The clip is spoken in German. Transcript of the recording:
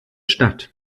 stadt